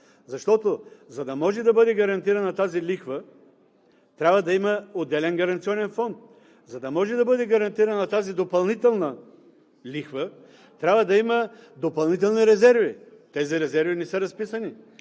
Защото, за да може да бъде гарантирана тази лихва, трябва да има отделен гаранционен фонд. За да може да бъде гарантирана тази допълнителна лихва, трябва да има допълнителни резерви. Тези резерви не са разписани.